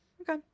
Okay